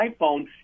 iphone